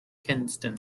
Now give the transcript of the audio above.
kinston